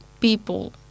people